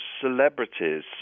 celebrities